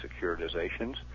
securitizations